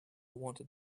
wanted